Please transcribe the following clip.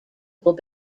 will